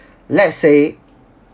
let's say